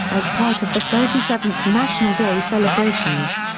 as part of the thirty seventh national day celebrations.